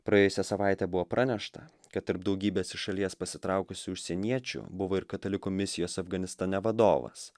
praėjusią savaitę buvo pranešta kad tarp daugybės iš šalies pasitraukusių užsieniečių buvo ir katalikų misijos afganistane vadovas